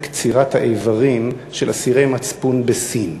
קצירת האיברים של אסירי מצפון בסין.